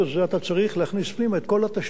פנימה את כל התשתית האחרת שיש לך,